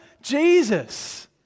Jesus